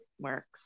works